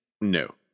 No